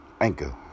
Anchor